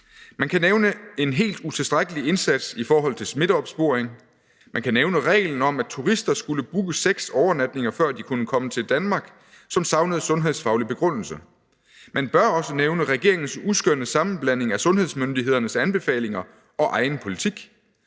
Man kan nævne en helt utilstrækkelig indsats i forhold til smitteopsporing. Man kan nævne reglen om, at turister skulle booke seks overnatninger, før de kunne komme til Danmark, hvilket savnede sundhedsfaglig begrundelse. Man bør også nævne regeringens uskønne sammenblanding af sundhedsmyndighedernes anbefalinger og egen politik.